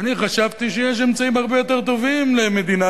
ואני חשבתי שיש אמצעים הרבה יותר טובים למדינה